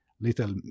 little